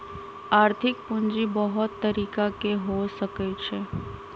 आर्थिक पूजी बहुत तरिका के हो सकइ छइ